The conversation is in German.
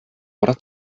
oder